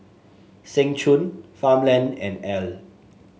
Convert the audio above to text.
Seng Choon Farmland and Elle